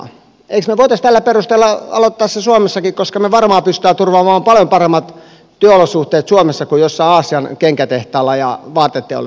emmekö me voisi tällä perusteella aloittaa sen suomessakin koska me varmaan pystymme turvaamaan paljon paremmat työolosuhteet suomessa kuin jossain aasian kenkätehtaalla ja vaateteollisuudessa